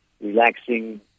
relaxing